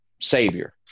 savior